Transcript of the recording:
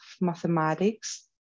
mathematics